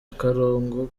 akarango